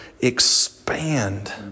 expand